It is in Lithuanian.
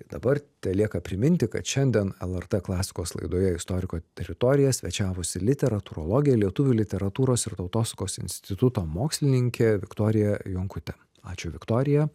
dabar telieka priminti kad šiandien lrt klasikos laidoje istoriko teritorija svečiavosi literatūrologė lietuvių literatūros ir tautosakos instituto mokslininkė viktorija jonkutė ačiū viktorija